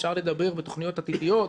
אפשר לדבר בתוכניות עתידיות,